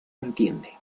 entiende